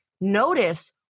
notice